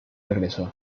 regresó